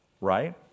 right